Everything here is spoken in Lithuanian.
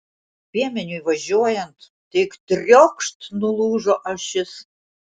piemeniui važiuojant tik triokšt nulūžo ašis